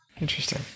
Interesting